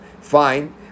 Fine